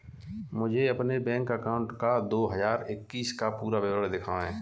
मुझे अपने bank account का दो हज़ार इक्कीस का पूरा विवरण दिखाएँ?